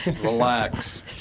Relax